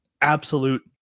absolute